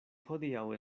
hodiaŭ